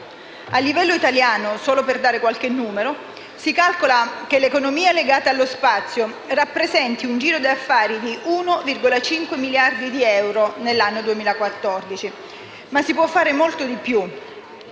A livello italiano, solo per fornire qualche dato numerico, si calcola che l'economia legata allo spazio rappresenti un giro di affari di 1,5 miliardi di euro nell'anno 2014. Ma si può fare molto di più